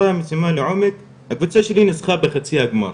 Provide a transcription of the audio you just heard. המשימה לעומק הקבוצה שלי ניצחה בחצי הגמר,